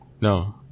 No